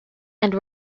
and